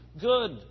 good